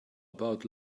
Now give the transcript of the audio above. about